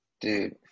Dude